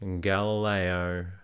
Galileo